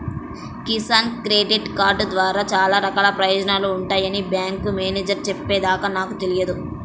Kisan credit card ద్వారా చాలా రకాల ప్రయోజనాలు ఉంటాయని బ్యాంకు మేనేజేరు చెప్పే దాకా నాకు తెలియదు